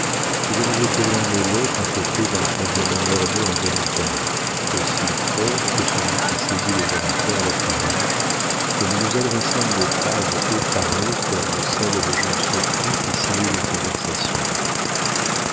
nous avons été l'un et l'autre affectés d'un tremblement nerveux involontaire aussi fort que celui qui saisit les orateurs à la tribune et nous nous adressâmes des phrases effarées comme celles de gens surpris qui simulent une conversation